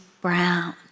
brown